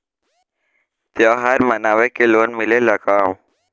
त्योहार मनावे के लोन मिलेला का?